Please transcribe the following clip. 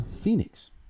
Phoenix